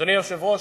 אדוני היושב-ראש,